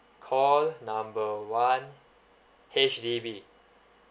call number one H_D_B